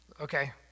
Okay